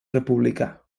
republicà